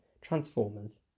Transformers